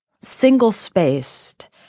single-spaced